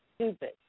stupid